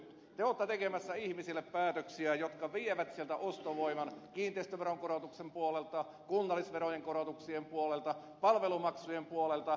te olette tekemässä ihmisiä koskevia päätöksiä jotka vievät sieltä ostovoiman kiinteistöveronkorotuksen osalta kunnallisverojen korotuksien osalta palvelumaksujen osalta